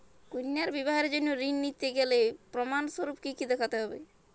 কন্যার বিবাহের জন্য ঋণ নিতে গেলে প্রমাণ স্বরূপ কী কী দেখাতে হবে?